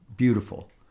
beautiful